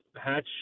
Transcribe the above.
hatch